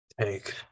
take